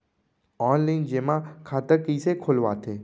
Online जेमा खाता कइसे खोलवाथे?